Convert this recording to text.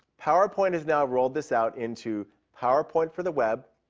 powerpoint has now rolled this out into powerpoint for the web,